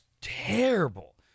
terrible